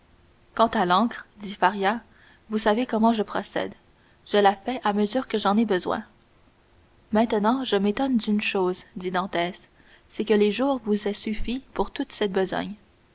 quant à l'encre dit faria vous savez comment je procède je la fais à mesure que j'en ai besoin maintenant je m'étonne d'une chose dit dantès c'est que les jours vous aient suffi pour toute cette besogne